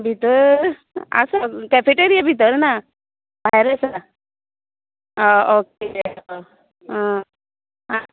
भितर आसा कॅफेटेरीया भितर ना भायर आसा आं ऑके आं आनी